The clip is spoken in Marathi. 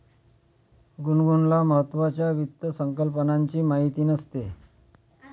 गुनगुनला महत्त्वाच्या वित्त संकल्पनांची माहिती नसते